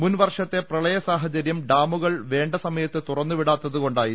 മുൻ വർഷത്തെ പ്രളയ സാഹചര്യം ഡാമുകൾ വേണ്ട സമയത്ത് തുറന്നു വിടാത്തത് കൊണ്ടായിരുന്നു